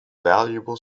valuable